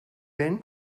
than